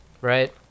right